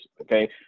Okay